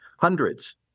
hundreds